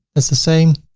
that's the same.